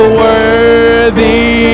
worthy